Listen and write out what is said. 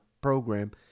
program